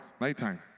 nighttime